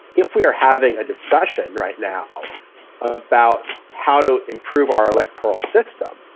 if we are having a discussion right now about how to improve our electoral system,